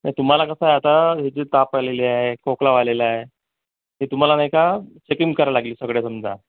आणि तुम्हाला कसं आहे आता हे जी ताप आलेली आहे खोकला व्हायलेला आहे हे तुम्हाला नाही का चेकिंग करावी लागेल सगळं समजा